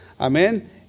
Amen